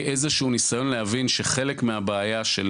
כאיזה שהוא ניסיון להבין שחלק מהבעיה של